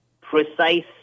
precise